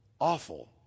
awful